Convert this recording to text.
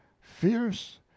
fierce